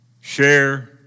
Share